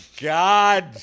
god